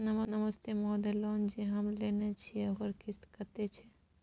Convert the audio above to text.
नमस्ते महोदय, लोन जे हम लेने छिये ओकर किस्त कत्ते छै?